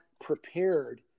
prepared